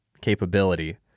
capability